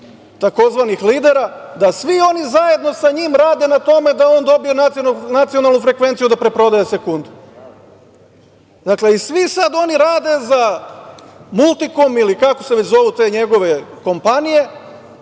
tzv. lidera, pa da svi oni zajedno rade na tome da on dobije nacionalnu frekvenciju, da preprodaje sekunde. Dakle, svi sada oni rade za „Multikom“ ili kako se već zovu te njegove kompanije,